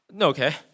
okay